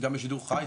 גם בשידור חי?